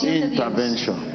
intervention